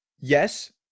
yes